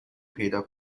پیدا